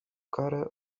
karę